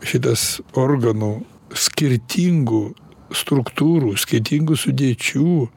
šitas organų skirtingų struktūrų skirtingų sudėčių